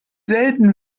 selten